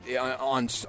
on